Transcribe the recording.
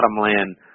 bottomland